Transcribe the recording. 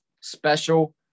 special